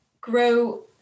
grow